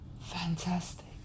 Fantastic